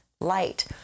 light